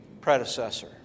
predecessor